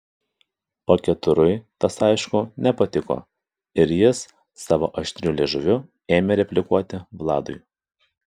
paketurui tas aišku nepatiko ir jis savo aštriu liežuviu ėmė replikuoti vladui